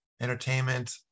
entertainment